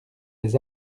les